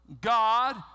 God